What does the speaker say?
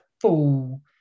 full